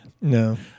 No